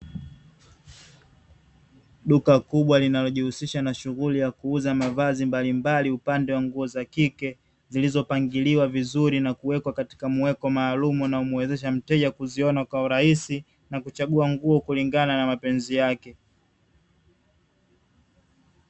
Duka kubwa linalojihusisha na shughuli ya kuuza mavazi mbalimbali upande wa Nguo za kike, zilizopangiliwa vizuri na kuwekwa katika sehemu maalumu inayomuwezesha mteja kuziona kwa urahisi na kuchagua Nguo kulingana na mapenzi yake.